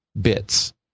bits